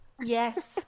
yes